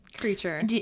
creature